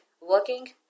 working